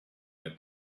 with